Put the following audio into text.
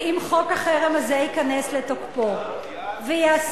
ואם חוק החרם הזה ייכנס לתוקפו וייאסר